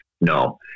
No